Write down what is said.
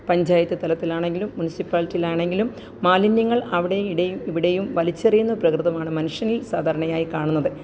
പഞ്ചായത്ത് തലത്തില് ആണെങ്കിലും മുന്സിപ്പാലിറ്റിയിലാണെങ്കിലും മാലിന്യങ്ങള് അവിടേയും ഈടേം ഇവിടേയും വലിച്ചെറിയുന്ന പ്രകൃതമാണ് മനുഷ്യനില് സാധാരണയായി കാണുന്നത്